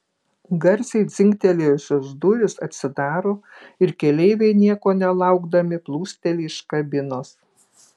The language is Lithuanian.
garsiai dzingtelėjusios durys atsidaro ir keleiviai nieko nelaukdami plūsteli iš kabinos